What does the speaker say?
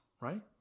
right